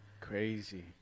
Crazy